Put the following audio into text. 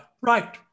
Right